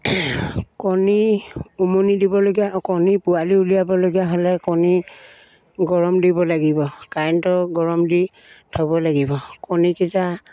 কণী উমনি দিবলগীয়া কণী পোৱালি উলিয়াবলগীয়া হ'লে কণী গৰম দিব লাগিব কাৰেণ্টৰ গৰম দি থ'ব লাগিব কণীকিটা